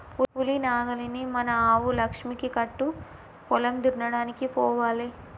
ఉలి నాగలిని మన ఆవు లక్ష్మికి కట్టు పొలం దున్నడానికి పోవాలే